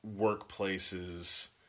workplaces